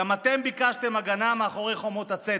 גם אתם ביקשתם הגנה מאחורי חומות הצדק,